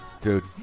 Dude